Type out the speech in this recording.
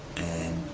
and